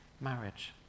marriage